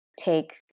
take